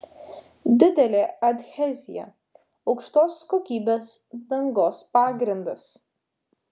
didelė adhezija aukštos kokybės dangos pagrindas